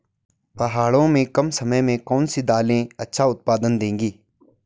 पहाड़ों में कम समय में कौन सी दालें अच्छा उत्पादन देंगी?